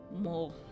more